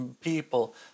people